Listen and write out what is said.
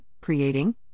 creating